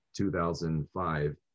2005